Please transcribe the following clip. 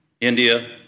India